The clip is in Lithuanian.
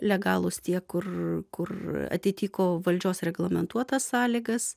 legalūs tie kur kur atitiko valdžios reglamentuotas sąlygas